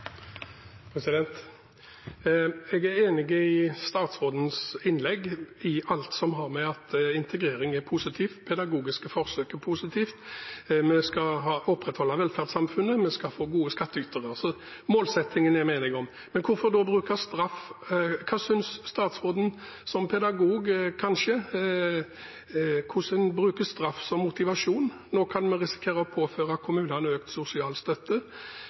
at pedagogiske forsøk er positivt, at vi skal opprettholde velferdssamfunnet, og at vi skal ha gode skattytere. Målsettingen er vi enige om. Men hvorfor bruke straff? Hva synes statsråden som pedagog om hvordan vi bruker straff som motivasjon? Nå kan vi risikere å påføre kommunene